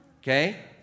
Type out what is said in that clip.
okay